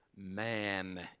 Man